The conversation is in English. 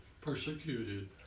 persecuted